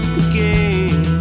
again